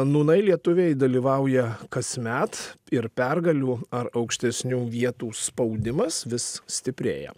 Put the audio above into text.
nūnai lietuviai dalyvauja kasmet ir pergalių ar aukštesnių vietų spaudimas vis stiprėja